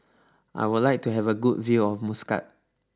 I would like to have a good view of Muscat